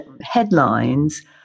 headlines